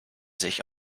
sich